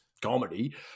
comedy